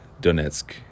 Donetsk